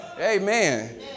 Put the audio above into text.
Amen